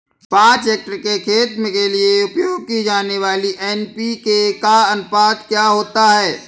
पाँच हेक्टेयर खेत के लिए उपयोग की जाने वाली एन.पी.के का अनुपात क्या होता है?